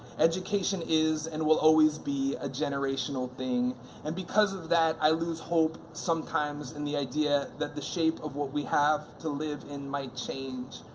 education is and will always be a generational thing and because of that, i lose hope sometimes in the idea that the shape of what we have to live in might change.